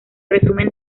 resumen